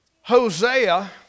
Hosea